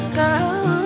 girl